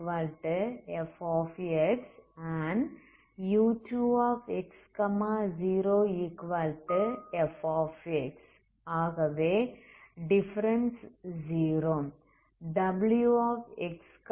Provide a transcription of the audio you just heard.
ஆகவே டிஃபரன்ஸ் 0